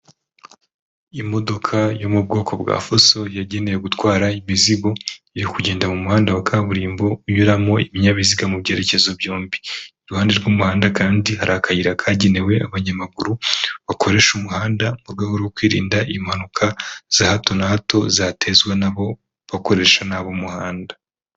Imodoka yo mu bwoko bwa fuso yagenewe gutwara imizigo iri kugenda mu muhanda wa kaburimbo unyuramo ibinyabiziga mu byerekezo byombi. Iruhande rw'umuhanda kandi hari akayira kagenewe abanyamaguru bakoresha umuhanda mu rwego rwo kwirinda impanuka za hato na hato zatezwa nabo bakoresha nabi umuhanda.